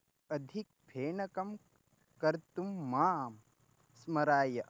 अधिकं फेनकं कर्तुं मां स्मारय